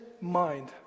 mind